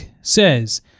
says